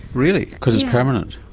really, because it's permanent?